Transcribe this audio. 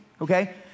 okay